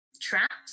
traps